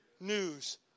news